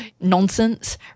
nonsense